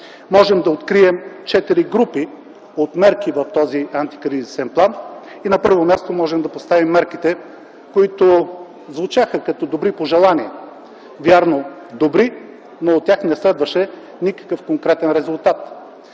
Можем да открием четири групи от мерки в този антикризисен план. На първо място можем да поставим мерките, които звучаха като добри пожелания. Вярно – добри, но от тях не следваше никакъв конкретен резултат.